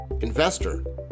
investor